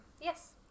Yes